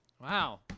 Wow